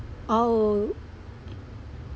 oh